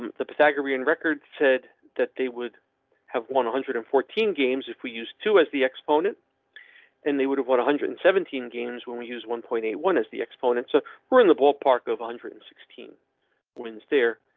the pythagorean record said that they would have one hundred and fourteen games if we use two as the exponent and they would have one hundred and seventeen games when we use one point eight one as the exponent. so we're in the ballpark of one hundred and sixteen wins there.